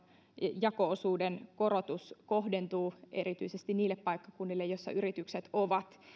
jako osuuden korotus kohdentuu erityisesti niille paikkakunnille joilla yritykset ovat